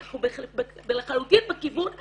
אנחנו לחלוטין בכיוון הזה.